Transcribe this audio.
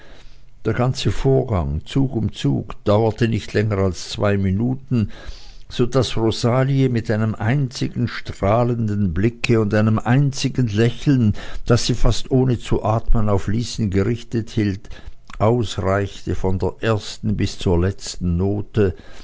der ganze vorgang zug um zug dauerte nicht länger als zwei minuten so daß rosalie mit einem einzigen strahlenden blicke und einem einzigen lächeln das sie fast ohne zu atmen auf lysen gerichtet hielt ausreichte von der ersten bis zur letzten note